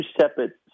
separate